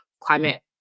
climate